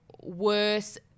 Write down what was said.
worse